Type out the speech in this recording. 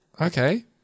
okay